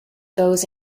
those